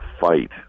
fight